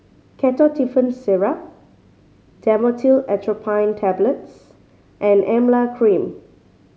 Ketotifen Syrup Dhamotil Atropine Tablets and Emla Cream